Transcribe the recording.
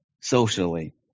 socially